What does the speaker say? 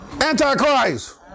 Antichrist